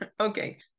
Okay